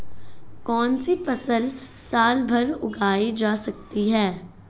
कौनसी फसल साल भर उगाई जा सकती है?